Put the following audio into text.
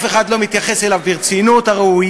אף אחד לא מתייחס אליו ברצינות הראויה,